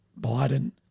Biden